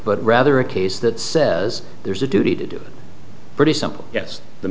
but rather a case that says there's a duty to do it pretty simple yes the